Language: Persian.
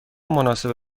مناسب